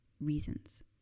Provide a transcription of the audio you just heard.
reasons